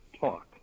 Talk